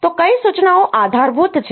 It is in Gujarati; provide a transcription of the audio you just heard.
તો કઈ સૂચનાઓ આધારભૂત છે